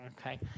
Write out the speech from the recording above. Okay